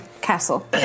castle